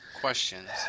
questions